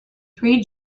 three